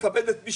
תכבד את מי